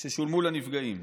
ששולמו לנפגעים".